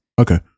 Okay